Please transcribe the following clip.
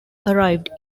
arrived